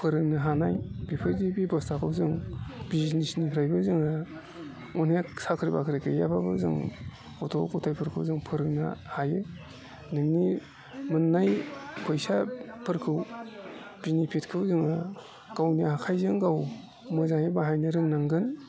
फोरोंनो हानाय बेफोरबायदि बेबस्थाखौ जों बिजनेसनिफ्रायबो जोङो माने साख्रि बाख्रि गैयाब्लाबो जों गथ' गथायफोरखौ जों फोरोंनो हायो नोंनि मोननाय फैसाफोरखौ बिनिफिटखौ जोङो गावनि आखाइजों गाव मोजाङै बाहायनो रोंनांगोन